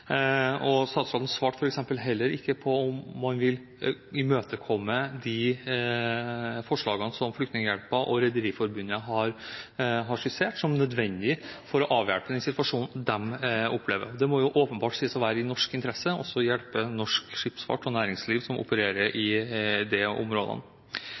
Statsråden svarte f.eks. heller ikke på om man vil imøtekomme de forslagene som Flyktninghjelpen og Rederiforbundet har skissert som nødvendige for å avhjelpe den situasjonen de opplever. Det må jo åpenbart sies å være i norsk interesse å hjelpe norsk skipsfart og næringsliv som opererer i de områdene.